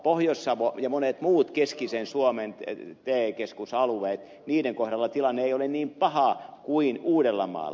pohjois savon ja monien muiden keskisen suomen te keskusalueiden kohdalla tilanne ei ole niin paha kuin uudellamaalla